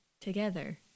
together